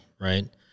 right